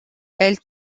elle